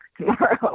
tomorrow